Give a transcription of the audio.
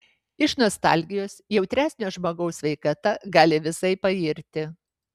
iš nostalgijos jautresnio žmogaus sveikata gali visai pairti